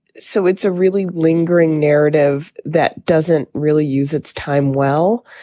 so it's a really lingering narrative that doesn't really use its time well.